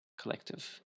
Collective